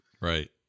right